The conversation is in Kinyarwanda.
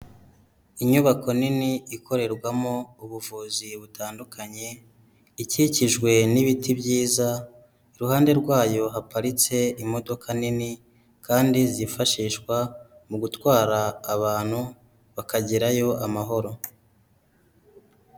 Inyubako nini ikorerwamo ubuvuzi butandukanye, ikikijwe n'ibiti byiza iruhande rwayo haparitse imodoka nini kandi zifashishwa mu gutwara abantu bakagerayo amahoro.